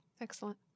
Excellent